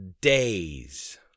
days